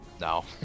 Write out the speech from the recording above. No